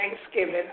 Thanksgiving